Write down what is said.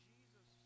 Jesus